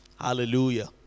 Hallelujah